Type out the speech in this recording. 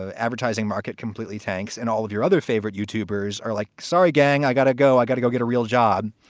ah advertising market completely tanks and all of your other favorite youtube bears are like, sorry gang, i got to go, i've got to go get a real job.